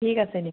ঠিক আছে দিয়া